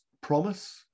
promise